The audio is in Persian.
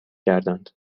کردند